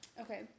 Okay